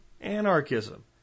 anarchism